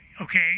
okay